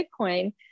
Bitcoin